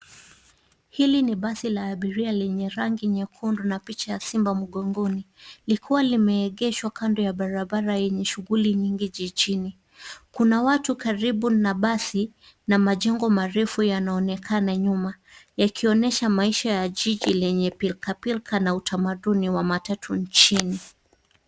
Hili ni basi la abiria lenye rangi nyekundu na picha ya simba mgongoni likiwa limeegeshwa kando ya barabara yenye shughuli nyingi jijini. Kuna watu karibu na basi na majengo marefu yanaonekana nyuma yakionyesha maisha ya jiji yenye pilka pilka na utamaduni wa matatu nchini.